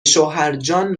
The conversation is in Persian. شوهرجان